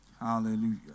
hallelujah